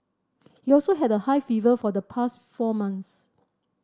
he also had a high fever for the past four months